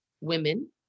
women